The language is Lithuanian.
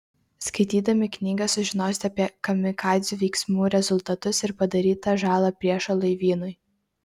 skaitydami knygą sužinosite apie kamikadzių veiksmų rezultatus ir padarytą žalą priešo laivynui